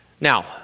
Now